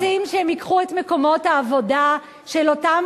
כי הם לא רוצים שהם ייקחו את מקומות העבודה של אותם